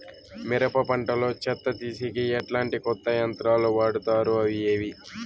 మిరప పంట లో చెత్త తీసేకి ఎట్లాంటి కొత్త యంత్రాలు వాడుతారు అవి ఏవి?